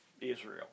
Israel